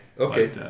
Okay